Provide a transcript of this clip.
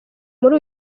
muri